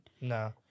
No